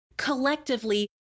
collectively